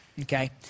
Okay